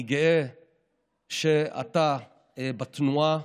אני גאה שאתה בתנועה,